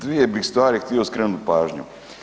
Dvije bih stvari htio skrenut pažnju.